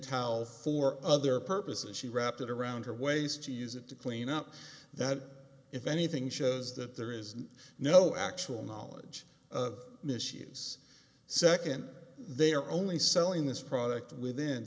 tile for other purposes she wrapped it around her waist to use it to clean up that if anything shows that there is no actual knowledge of misuse second they are only selling this product within